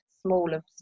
smaller